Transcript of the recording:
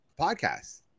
podcasts